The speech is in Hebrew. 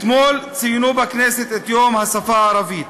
אתמול ציינו בכנסת את יום השפה הערבית,